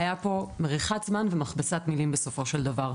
היו פה מריחת זמן ומכבסת מילים בסופו של דבר.